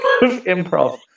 improv